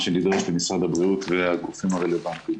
שדיבר משרד הבריאות והגופים הרלבנטיים.